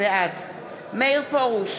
בעד מאיר פרוש,